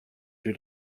two